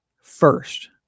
first